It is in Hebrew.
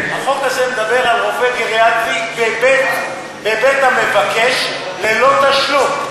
החוק הזה מדבר על רופא גריאטרי בבית המבקש ללא תשלום.